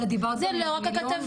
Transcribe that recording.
זה לא רק הכתבה.